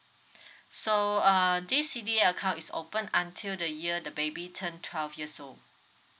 so uh this C_D_A is open until the year the baby turned twelve years so